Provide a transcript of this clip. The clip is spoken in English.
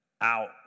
out